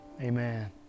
Amen